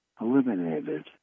eliminated